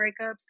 breakups